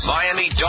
Miami